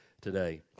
today